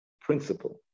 principle